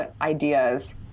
ideas